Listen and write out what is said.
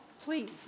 please